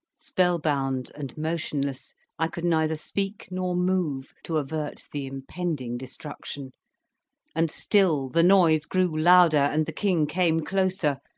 spell-bound and motionless i could neither speak nor move to avert the impending destruction and still the noise grew louder, and the king came closer,